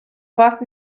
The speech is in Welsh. fath